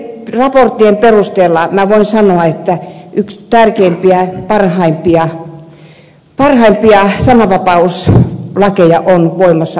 näitten raporttien perusteella minä voin sanoa että yksi tärkeimpiä parhaimpia sananvapauslakeja on voimassa ruotsissa